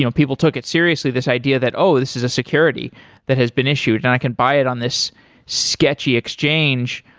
you know people took it seriously, this idea that, oh! this is a security that has been issued and i can buy it on this sketchy exchange.